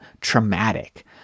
traumatic